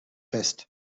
fest